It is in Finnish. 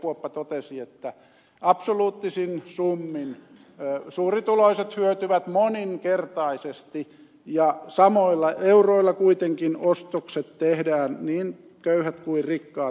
kuoppa totesi että absoluuttisin summin suurituloiset hyötyvät moninkertaisesti ja samoilla euroilla kuitenkin ostokset tehdään niin köyhät kuin rikkaat